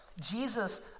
Jesus